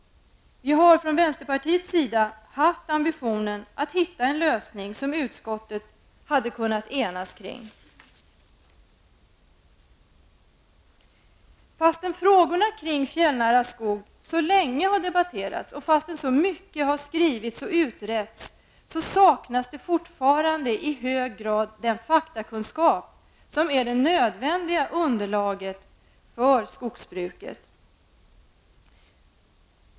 Från vänsterpartiets sida har vi haft ambitionen att hitta en lösning som utskottet skulle kunna enas kring. Trots att frågorna kring fjällnära skog har debatterats så länge och så mycket har skrivits och utretts, saknas fortfarande i hög grad den faktakunskap som är det nödvändiga underlaget för skogsbruket.